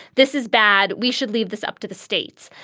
this is bad. we should leave this up to the states.